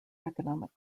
economic